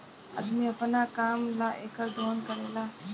अदमी अपना काम ला एकर दोहन करेला